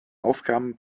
aufgaben